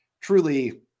truly